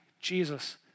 Jesus